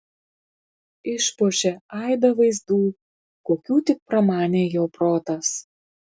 išpuošė aibe vaizdų kokių tik pramanė jo protas